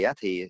thì